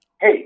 hey